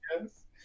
Yes